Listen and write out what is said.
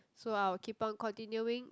so I will keep on continuing